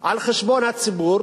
על חשבון הציבור